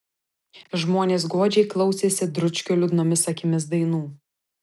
žmonės godžiai klausėsi dručkio liūdnomis akimis dainų